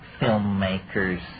filmmakers